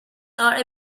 are